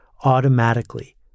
automatically